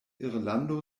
irlando